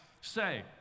say